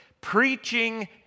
preaching